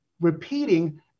repeating